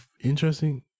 interesting